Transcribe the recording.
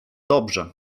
dobrze